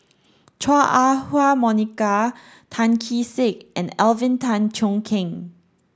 Chua Ah Huwa Monica Tan Kee Sek and Alvin Tan Cheong Kheng